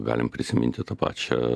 galim prisiminti ta pačią